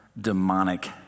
demonic